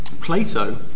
Plato